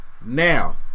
Now